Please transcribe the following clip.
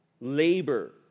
labor